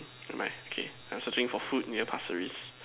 never mind okay I'm searching for food near Pasir-Ris